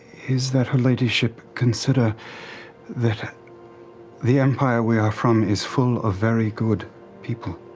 is that her ladyship consider that the empire we are from is full of very good people.